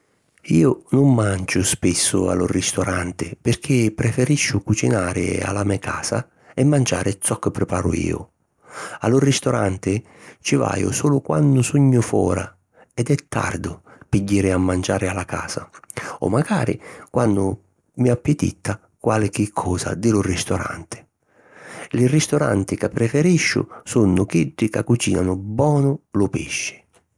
Iu nun manciu spissu a lu ristoranti pirchì preferisciu cucinari a la me casa e manciari zoccu priparu iu. A lu ristoranti ci vaju sulu quannu sugnu fora ed è tardu pi jiri a manciari a la casa o macari quannu mi appititta qualchi cosa di lu ristoranti. Li ristoranti ca preferisciu sunnu chiddi ca cucìnanu bonu lu pisci.